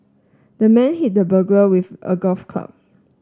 the man hit the burglar with a golf club